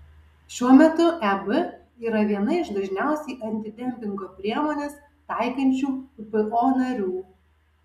šiuo metu eb yra viena iš dažniausiai antidempingo priemones taikančių ppo narių